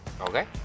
Okay